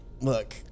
Look